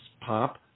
pop